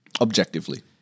Objectively